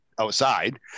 outside